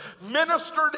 ministered